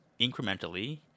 incrementally